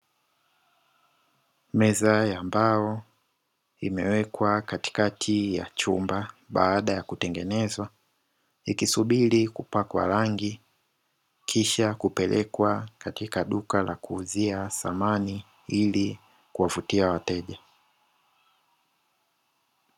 Meza ya mbao imewekwa katikati ya chumba baada ya kutengenezwa ikisubiri kupakwa rangi kisha kupelekwa katika duka la kuuzia samani ili kuwavutia wateja.